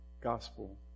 gospel